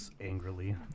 Angrily